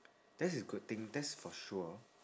that's a good thing that's for sure